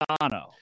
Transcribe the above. Dono